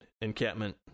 encampment